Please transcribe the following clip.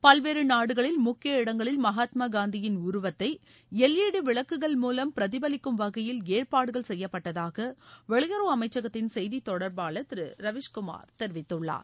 பல்வேறு நாடுகளில் முக்கிய இடங்களில் மகாத்மா காந்தியின் உருவத்தை எல் இ டி விளக்குகள் மூலம் பிரதிபலிக்கும் வகையில் ஏற்பாடுகள் செய்யப்பட்டதாக வெளியுறவு அமைச்சகத்தின் செய்தித் தொடர்பாளர் திரு ரவீஷ் குமார் தெரிவித்துள்ளார்